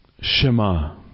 Shema